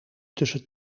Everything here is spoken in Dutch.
tussen